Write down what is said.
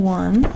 one